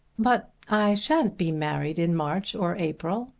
but i shan't be married in march or april.